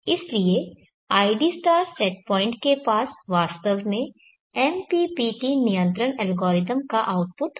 इसलिए id set point के पास वास्तव में MPPT नियंत्रण एल्गोरिदम का आउटपुट होना चाहिए